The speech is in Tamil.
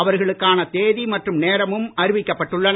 அவர்களுக்கான தேதி மற்றும் நேரமும் அறிவிக்கப்பட்டுள்ளன